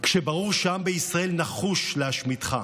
כשברור שהעם בישראל נחוש להשמידך,